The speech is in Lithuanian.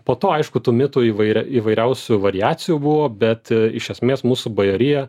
po to aišku tų mitų įvair įvairiausių variacijų buvo bet iš esmės mūsų bajorija